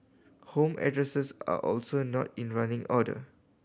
home addresses are also not in running order